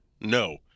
No